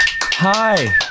Hi